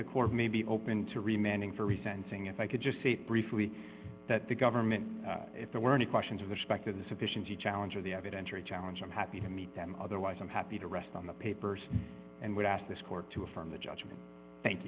the court may be open to remaining for resenting if i could just say briefly that the government if there were any questions of the specter the sufficiency challenge or the evidentiary challenge i'm happy to meet them otherwise i'm happy to rest on the papers and would ask this court to affirm the judgment thank